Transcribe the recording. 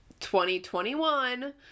2021